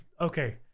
okay